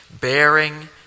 bearing